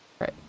Right